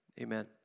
amen